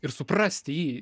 ir suprasti jį